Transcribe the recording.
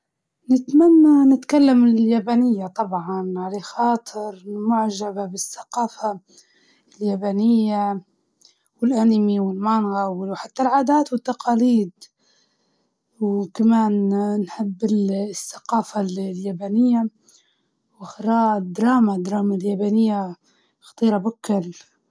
أبي نتعلم الأسبانية، تحسها لغة سمحة، ومليانة إحساس، بعدين بعدين السفر لأمريكا الجنوبية وأسبانيا راح يكون اه سمح ممتع لو عرفت تتكلم.